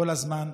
כל הזמן,